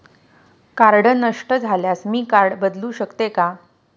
Card नष्ट झाल्यास मी कार्ड बदलू शकते का?